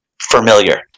familiar